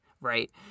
right